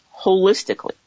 holistically